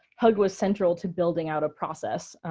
hug was central to building out a process